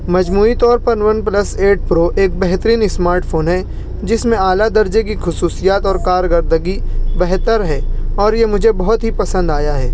مجموعی طور پر ون پلس ایٹ پرو ایک بہترین اسمارٹ فون ہے جس میں اعلیٰ درجے کی خصوصیت اور کارکردگی بہتر ہے اور یہ مجھے بہت ہی پسند آیا ہے